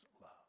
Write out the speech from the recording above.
love